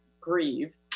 grieve